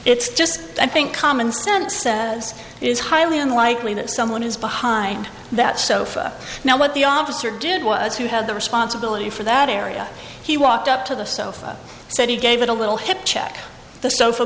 it's just i think common sense says it is highly unlikely that someone is behind that sofa now what the officer did was who had the responsibility for that area he walked up to the sofa said he gave it a little hip check the sofa